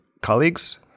colleagues